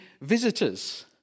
visitors